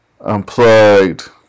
Unplugged